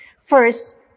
first